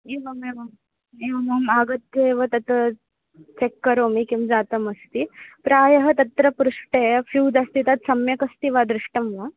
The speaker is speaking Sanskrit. एवम् एवम् एवम् अहम् आगत्यैव तत् चेक् करोमि किं जातम् अस्ति प्रायः तत्र पृष्ठे फ़्यूस् अस्ति तत् सम्यक् अस्ति वा दृष्टं वा